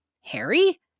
Harry